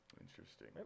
Interesting